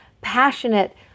passionate